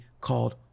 called